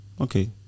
okay